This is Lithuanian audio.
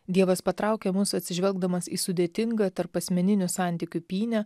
dievas patraukia mus atsižvelgdamas į sudėtingą tarpasmeninių santykių pynę